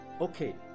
okay